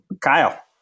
Kyle